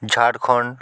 Jharkhand